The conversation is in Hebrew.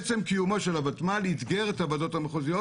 עצם קיומו של הוותמ"ל אתגר את הוועדות המחוזיות